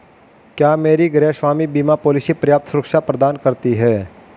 क्या मेरी गृहस्वामी बीमा पॉलिसी पर्याप्त सुरक्षा प्रदान करती है?